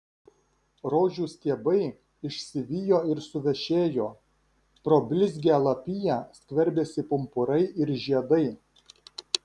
rožių stiebai išsivijo ir suvešėjo pro blizgią lapiją skverbėsi pumpurai ir žiedai